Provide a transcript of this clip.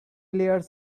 layers